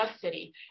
city